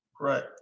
Right